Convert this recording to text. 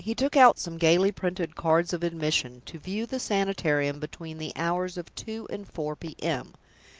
he took out some gayly printed cards of admission to view the sanitarium, between the hours of two and four p m,